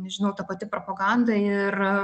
nežinau ta pati propaganda ir